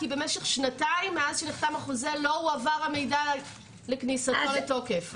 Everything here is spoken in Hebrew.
כי במשך שנתיים מאז שנחתם החוזה לא הועבר המידע על כניסתו לתוקף,